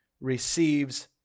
receives